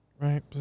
Right